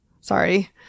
Sorry